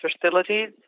facilities